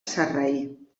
sarraí